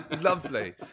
Lovely